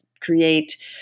create